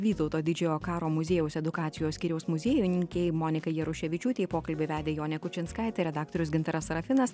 vytauto didžiojo karo muziejaus edukacijos skyriaus muziejininkei monikai jaruševičiūtei pokalbį vedė jonė kučinskaitė redaktorius gintaras serafinas